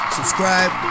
subscribe